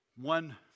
one